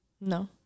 No